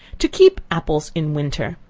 to keep apples in winter.